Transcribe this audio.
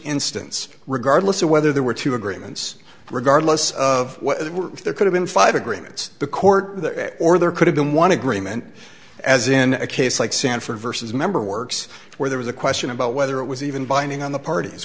instance regardless of whether there were two agreements regardless of whether there could have been five agreements the court or there could have been one agreement as in a case like sanford versus member works where there was a question about whether it was even binding on the parties